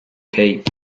keep